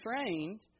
trained